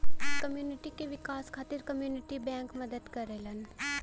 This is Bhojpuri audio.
कम्युनिटी क विकास खातिर कम्युनिटी बैंक मदद करलन